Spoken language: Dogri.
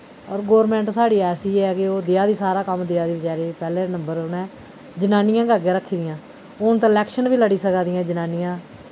और गौरमेंट साढ़ी ऐसी ऐ कि ओह् देआ दी सारा कम्म देआ दी बचारें पैह्ला नंबर उ'नें जनानियां गै अग्गें रक्खी दियां हून ते इलैक्शन बी लड़ी सका दियां जनानियां